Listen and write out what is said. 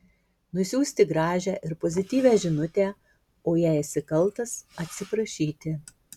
nusiųsti gražią ir pozityvią žinutę o jei esi kaltas atsiprašyti